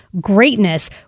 greatness